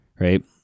Right